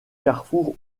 carrefours